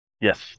Yes